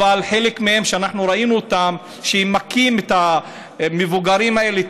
אבל ראינו חלק מהם שמכים את המבוגרים האלה,